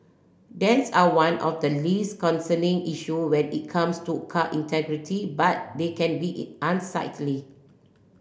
dents are one of the least concerning issue when it comes to car integrity but they can be unsightly